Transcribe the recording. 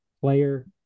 player